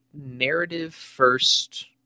narrative-first